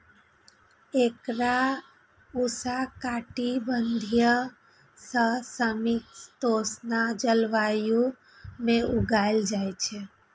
एकरा उष्णकटिबंधीय सं समशीतोष्ण जलवायु मे उगायल जाइ छै